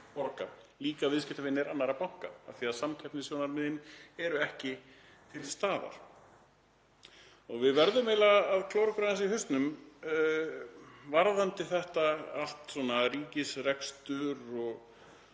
líka viðskiptavinir annarra banka af því að samkeppnissjónarmiðin eru ekki til staðar. Við verðum eiginlega að klóra okkur aðeins í hausnum varðandi þetta allt, varðandi ríkisrekstur og